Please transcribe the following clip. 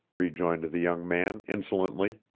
rejoined the young man, insolently.